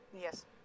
Yes